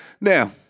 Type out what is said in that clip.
now